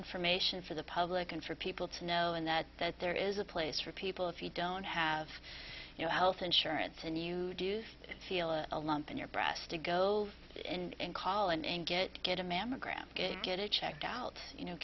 information for the public and for people to know and that that there is a place for people if you don't have health insurance and you do feel a lump in your breast to go and call and get get a mammogram get get it checked out you know